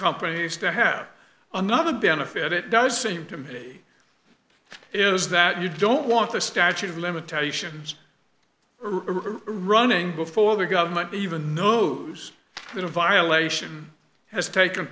companies to have another benefit it does seem to me is that you don't want the statute of limitations running before the government even knows that a violation has taken